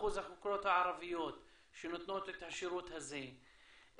אחוז החוקרות הערביות שנותנות את השירות הזה,